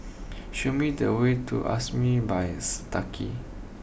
show me the way to Amaris by Santika